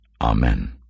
Amen